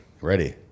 Ready